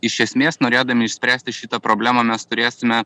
iš esmės norėdami išspręsti šitą problemą mes turėsime